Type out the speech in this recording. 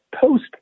post